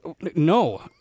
No